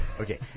Okay